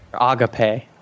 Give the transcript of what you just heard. agape